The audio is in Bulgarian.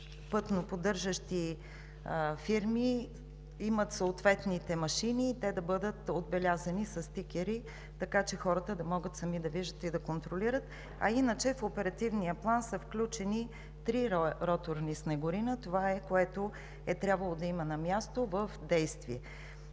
пътноподдържащи фирми имат съответните машини и те да бъдат отбелязани със стикери, така че хората сами да могат да виждат и да контролират. А иначе, в оперативния план са включени три роторни снегорина. Това е, което е трябвало да има на място в действие